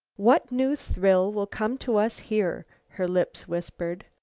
what new thrill will come to us here? her lips whispered.